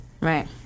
Right